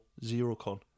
ZeroCon